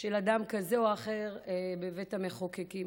של אדם כזה או אחר בבית המחוקקים.